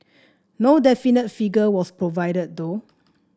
no definite figure was provided though